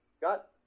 got